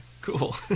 cool